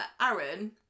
Aaron